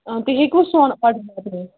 آ تُہۍ ہیٚکِو سون آرڈَر واتنٲوِتھ